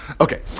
Okay